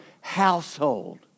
household